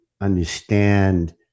understand